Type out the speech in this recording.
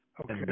Okay